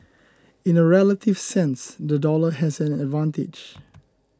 in a relative sense the dollar has an advantage